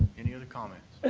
any other comments?